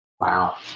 Wow